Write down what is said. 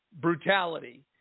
brutality